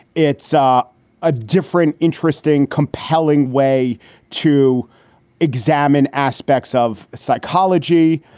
it's ah a different, interesting, compelling way to examine aspects of psychology.